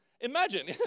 Imagine